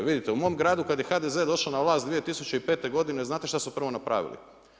Vidite u mom gradu kad je HDZ došao na vlast 2005. godine, znate šta su prvo napravili?